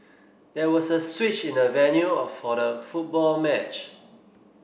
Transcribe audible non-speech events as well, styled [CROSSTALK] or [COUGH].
there was a switch in the venue [UNINTELLIGIBLE] for the football match